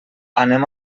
anem